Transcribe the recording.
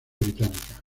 británica